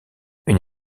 une